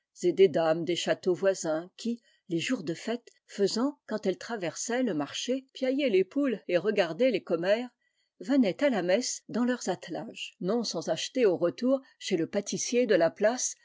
des dames des châteaux voisins qui les jours de fête faisant quand elles traversaient le marché piailler les poules et regarder les commères venaient à la messe dans leurs attelages o non sans acheter au retour chez le pâtissier de la place